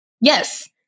Yes